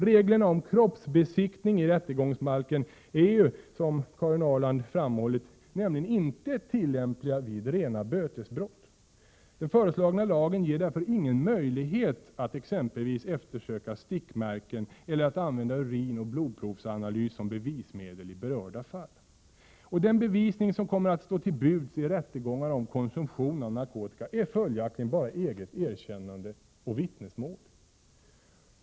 Reglerna om kroppsbesiktning i rättegångsbalken är nämligen inte tillämpliga vid rena bötesbrott. Den föreslagna lagen ger därför ingen möjlighet att exempelvis eftersöka stickmärken eller att använda urinoch blodprovsanalys som bevismedel i berörda fall. Den bevisning som kommer att stå till buds i rättegångar om konsumtion av narkotika är följaktligen bara eget erkännande och vittnesmål.